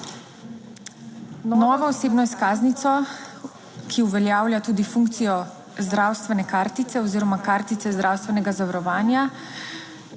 Novo osebno izkaznico, ki uveljavlja tudi funkcijo zdravstvene kartice oziroma kartice zdravstvenega zavarovanja,